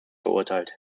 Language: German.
verurteilt